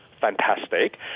fantastic